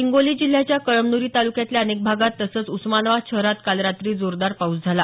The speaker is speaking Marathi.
हिंगोली जिल्ह्याच्या कळमन्री तालुक्यातल्या अनेक भागात तसंच उस्मानाबाद शहरात काल रात्री जोरदार पाऊस झाला